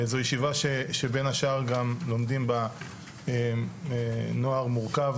זו ישיבה שבין השאר גם לומדים בה נוער מורכב,